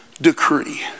decree